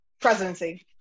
presidency